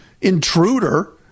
intruder